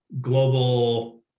global